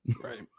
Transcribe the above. right